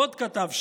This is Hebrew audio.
ועוד כתב שם: